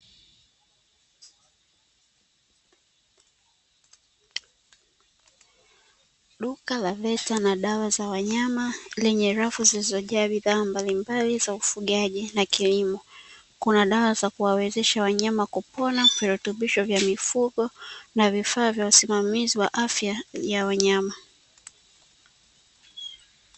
Duka la veta na dawa za wanyama lenye rafu, zilizojaa bidhaa mbalimbali za ufugaji na kilimo, kuna dawa za kuwawezesha wanyama kupona, virutubisho vya mifugo na vifaa vya usimamizi wa afya ya wanyama.